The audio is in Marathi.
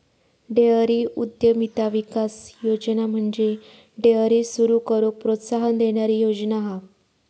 डेअरी उद्यमिता विकास योजना म्हणजे डेअरी सुरू करूक प्रोत्साहन देणारी योजना हा